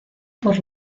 por